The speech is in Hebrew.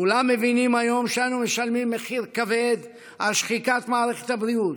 כולם מבינים היום שאנו משלמים מחיר כבד על שחיקת מערכת הבריאות,